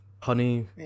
honey